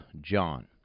John